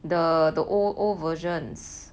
the old old versions